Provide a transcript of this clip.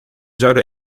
zouden